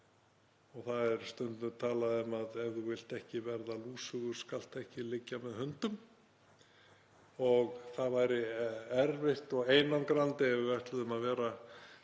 Það er stundum talað um að ef þú vilt ekki verða lúsugur skaltu ekki liggja með hundum og það væri erfitt og einangrandi ef við ætluðum að vera